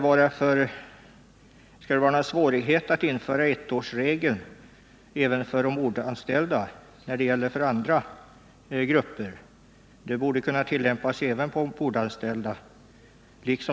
Innebär det några svårigheter att införa ettårsregeln även | för ombordanställda när den gäller för andra grupper? Den borde kunna tillämpas även på ombordanställda.